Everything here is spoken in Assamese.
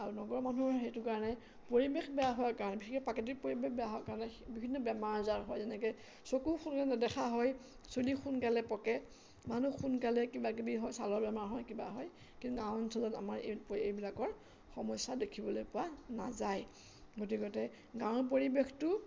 আৰু নগৰ মানুহৰ সেইটো কাৰণে পৰিৱেশ বেয়া হোৱাৰ কাৰণে বিশেষ প্ৰাকৃতিক পৰিৱেশ বেয়া হোৱাৰ কাৰণে বিভিন্ন বেমাৰ আজাৰ হয় যেনেকে চকুৰে সোনকালে নেদেখা হয় চুলি সোনকালে পকে মানুহৰ সোনকালে কিবাকিবি হয় ছালৰ বেমাৰ হয় কিবা হয় কিন্তু গাঁও অঞ্চলত আমাৰ এই এইবিলাকৰ সমস্যা দেখিবলৈ পোৱা নাযায় গতিকতে গাঁৱৰ পৰিৱেশটো